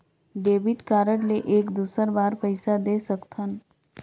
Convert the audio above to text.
Debit card ले एक दुसर बार पइसा दे सकथन?